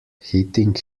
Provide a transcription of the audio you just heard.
hitting